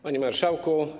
Panie Marszałku!